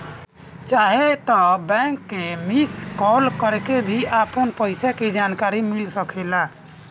चाहे त बैंक के मिस कॉल करके भी अपन पईसा के जानकारी मिल सकेला